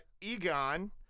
Egon